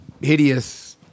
hideous